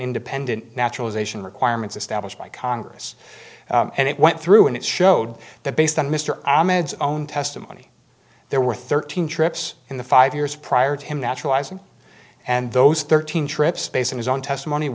ependent naturalization requirements established by congress and it went through and it showed that based on mr ahmed own testimony there were thirteen trips in the five years prior to him naturalizing and those thirteen trips space in his own testimony